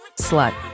slut